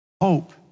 Hope